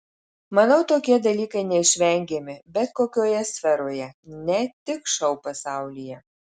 manau tokie dalykai neišvengiami bet kokioje sferoje ne tik šou pasaulyje